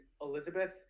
Elizabeth